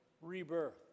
rebirth